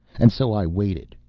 and so i waited.